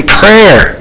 prayer